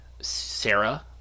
Sarah